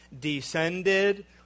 descended